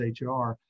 HR